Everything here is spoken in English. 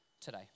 today